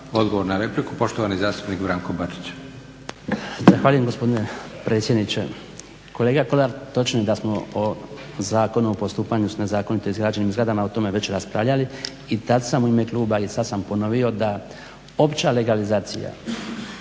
Odgovor na repliku poštovani zastupnik Branko Bačić. **Bačić, Branko (HDZ)** Zahvaljujem gospodine predsjedniče. Kolega Kolar, točno je da smo o Zakonu o postupanju s nezakonito izgrađenim zgradama o tome već raspravljali i tada sam u ime kluba i sada sam ponovio da opća legalizacija